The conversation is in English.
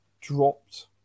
dropped